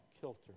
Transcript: kilter